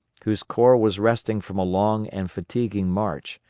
whose corps was resting from a long and fatiguing march,